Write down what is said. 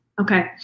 Okay